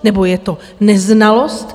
Nebo je to neznalost?